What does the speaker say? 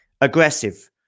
Aggressive